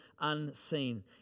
unseen